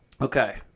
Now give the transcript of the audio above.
Okay